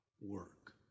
work